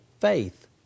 faith